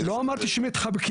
אני לא אמרתי שמתחבקים.